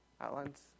Outlines